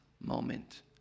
moment